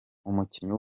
umukinnyi